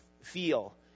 feel